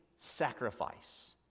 sacrifice